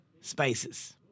spices